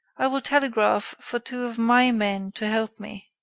i will telegraph for two of my men to help me.